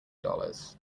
dollars